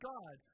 God